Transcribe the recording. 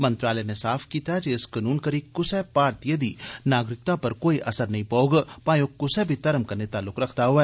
मंत्रालय नै साफ कीता जे इस कनून करी कुसै भारतीय दी नागरिकता पर कोई असर नेई पौग भाएं ओ कुसै बी धर्म कन्नै ताल्लुक रखदा होए